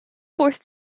forced